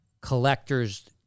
collectors